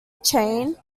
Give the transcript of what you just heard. chain